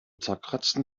zerkratzten